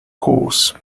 course